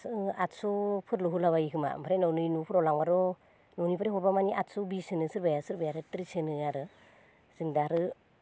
आदस'फोरल' होलाबायो खोमा ओमफ्राय उनाव नै न'फोराव लांबाथ' न'निफ्राय हरोबा माने आदस' बिस होनो सोरबाया सोरबाया आरो थ्रिस होनो आरो जों दा आरो